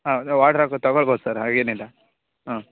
ಹಾಂ ಆರ್ಡ್ರ್ ಹಾಕೋದ್ ತೊಗೊಳ್ಬೋದು ಸರ್ ಹಾಗೇನಿಲ್ಲ ಹ್ಞೂ